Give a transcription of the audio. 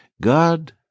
God